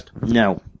No